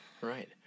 right